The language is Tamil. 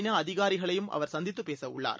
நாஅதிகாரிகளையும்அவர்சந்தித்துபேசஉள் ளார்